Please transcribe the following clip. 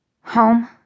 Home